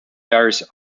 various